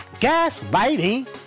gaslighting